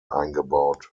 eingebaut